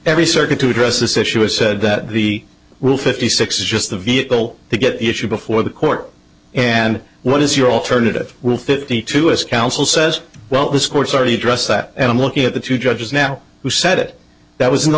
every circuit to address this issue has said that the rule fifty six is just a vehicle to get the issue before the court and what is your alternative will fifty two is counsel says well this courts are to address that and i'm looking at the two judges now who said it that was in the